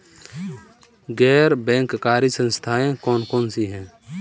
गैर बैंककारी संस्थाएँ कौन कौन सी हैं?